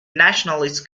nationalists